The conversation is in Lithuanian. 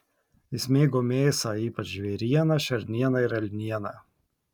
jis mėgo mėsą ypač žvėrieną šernieną ir elnieną